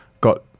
got